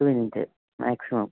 പത്ത് minute maximum